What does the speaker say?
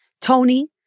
Tony